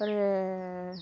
ஒரு